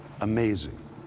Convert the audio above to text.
Amazing